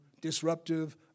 disruptive